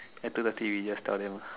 at two thirty we just tell them ah